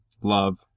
love